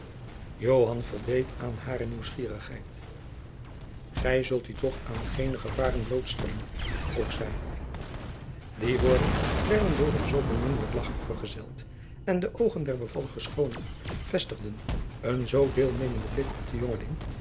voldeed aan hare nieuwsgierigheid gij zult u toch aan geene gevaren blootstellen vroeg zij deze woorden werden door een zoo beminnelijk lagchje vergezeld en de oogen der bevallige schoone jacob van lennep de pleegzoon vestigden een zoo deelnemenden blik op den